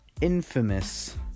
infamous